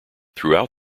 throughout